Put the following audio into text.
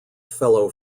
fellow